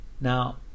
Now